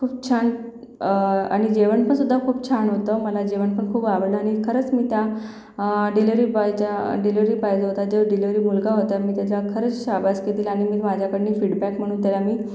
खूप छान आणि जेवण पण सुद्धा खूप छान होतं मला जेवण पण खूप आवडलं आणि खरंच मी त्या डिलेवरी बॉयच्या डिलेवरी पाय जो होता तो डिलेवरी मुलगा होता मी त्याच्या खरंच शाबासकी दिल आणि मी माझ्याकडून फीडबॅक म्हणून त्याला मी